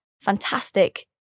fantastic